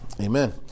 Amen